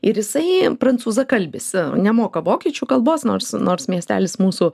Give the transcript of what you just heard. ir jisai prancūzakalbis nemoka vokiečių kalbos nors nors miestelis mūsų